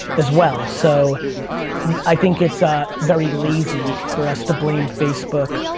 as well. so i think it's ah very lazy for us to blame facebook,